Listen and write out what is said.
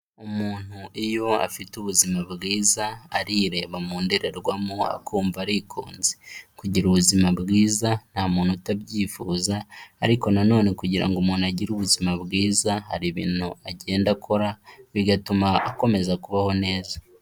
Umuntu iyo afite ubuzima bwiza arireba mu ndererwamo akumva arikunze, kugira ubuzima bwiza nta muntu utabyifuza ariko nanone kugira ngo umuntu agire ubuzima bwiza hari ibintu agenda akora bigatuma akomeza kubaho neza.